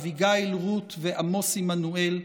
אביגיל רות ועמוס עמנואל,